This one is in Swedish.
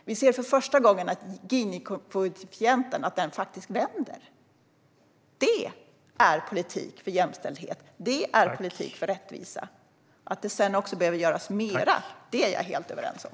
Vi ser för första gången att ginikoefficienten faktiskt vänder. Det är politik för jämställdhet. Det är politik för rättvisa. Att det sedan också behöver göras mer håller jag helt med om.